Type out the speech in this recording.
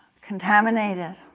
contaminated